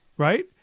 Right